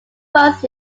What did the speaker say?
was